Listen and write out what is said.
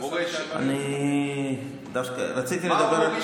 אתה מדבר, כשהיה לכם את, רציתי לדבר על,